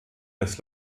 des